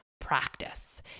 practice